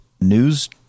news